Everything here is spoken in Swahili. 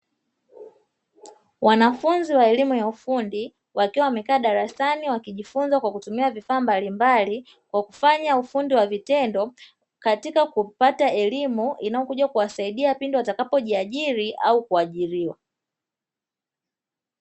Wanafunzi wa elimu ya ufundi wakiwa wamekaa darasani wakijifunza kwa kutumia vifaa mbalimbali, kwa kufanya ufundi wa vitendo katika kupata elimu inayokuja kuwasaidia pindi watakapo jiajiri au kuajiriwa.